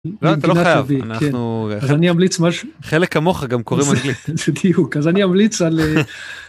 אתה לא חייב... אנחנו אני אמליץ משהו כאלה כמוך גם קוראים לי הוא כזה אני אמליץ על.